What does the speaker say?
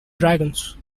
dragons